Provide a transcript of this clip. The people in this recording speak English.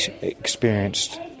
experienced